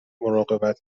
مراقبت